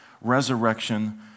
Resurrection